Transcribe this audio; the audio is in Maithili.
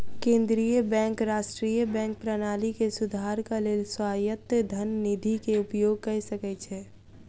केंद्रीय बैंक राष्ट्रीय बैंक प्रणाली के सुधारक लेल स्वायत्त धन निधि के उपयोग कय सकै छै